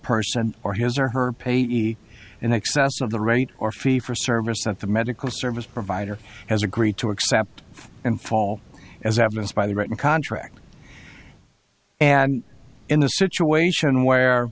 person or his or her pay he in excess of the rate or fee for service that the medical service provider has agreed to accept and fall as evidenced by the written contract and in a situation where